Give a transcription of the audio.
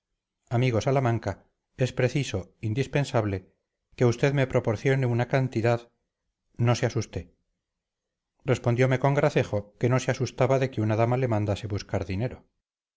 amigo salamanca es preciso indispensable que usted me proporcione una cantidad no se asuste respondiome con gracejo que no se asustaba de que una dama le mandase buscar dinero